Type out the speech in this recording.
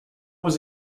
was